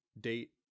Date